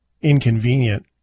inconvenient